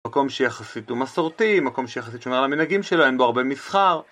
מקום שיחסית הוא מסורתי, מקום שיחסית שהוא שומר למנהגים שלו, אין בו הרבה מסחר.